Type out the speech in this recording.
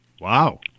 Wow